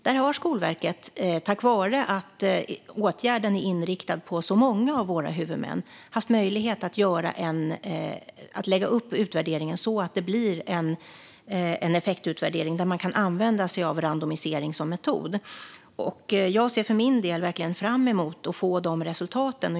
Där har Skolverket, tack vare att åtgärden riktar sig till så många av våra huvudmän, haft möjlighet att lägga upp utvärderingen så att det blir en effektutvärdering, där man kan använda sig av randomisering som metod. Jag ser för min del fram emot att få de resultaten.